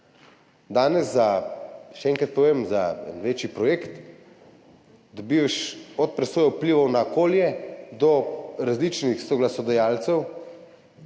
Danes, še enkrat povem, za večji projekt dobiš od presoje vplivov na okolje do različnih soglasodajalcev,